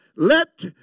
Let